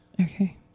okay